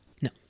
No